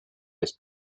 his